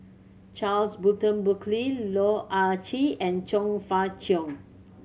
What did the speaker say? Charles Burton Buckley Loh Ah Chee and Chong Fah Cheong